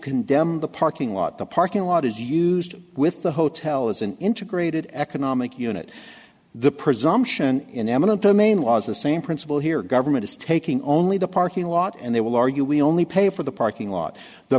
condemn the parking lot the parking lot is used with the hotel as an integrated economic unit the presumption in eminent domain laws the same principle here government is taking only the parking lot and they will argue we only pay for the parking lot the